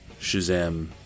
Shazam